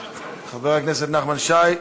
ראשון חברי הכנסת, חבר הכנסת נחמן שי,